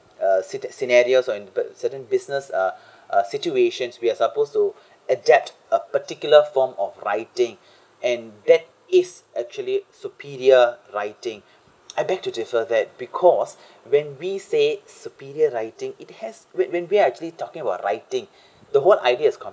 uh scene~ scenarios or in certain business uh uh situations we are supposed to adapt a particular form of writing and that is actually superior writing I beg to differ that because when we say superior writing it has when when we're actually talking about writing the words idea is